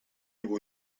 vous